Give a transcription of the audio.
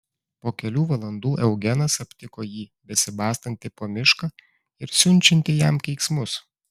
po kelių valandų eugenas aptiko jį besibastantį po mišką ir siunčiantį jam keiksmus